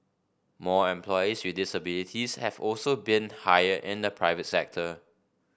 more employees with disabilities have also been hired in the private sector